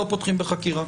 לא פותחים בחקירה?